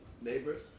Neighbors